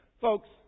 Folks